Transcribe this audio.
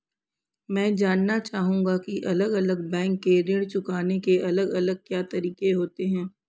मैं जानना चाहूंगा की अलग अलग बैंक के ऋण चुकाने के अलग अलग क्या तरीके होते हैं?